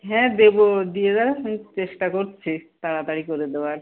হ্যাঁ দেবো দিয়ে গেলে আমি চেষ্টা করছি তাড়াতাড়ি করে দেওয়ার